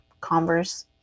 converse